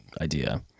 idea